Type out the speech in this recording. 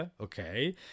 okay